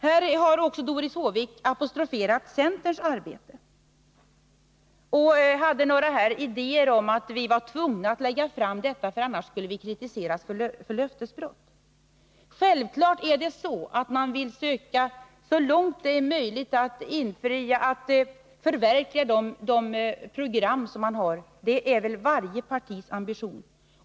Doris Håvik apostroferade centerns arbete och hade idéer om att vi var tvungna att lägga fram detta förslag, därför att vi annars skulle kritiseras för löftesbrott. Självfallet är det så att man så långt som möjligt vill försöka förverkliga de program som man har. Det är väl varje partis ambition.